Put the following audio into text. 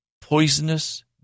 poisonous